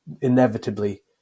inevitably